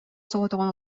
соҕотоҕун